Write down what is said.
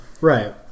right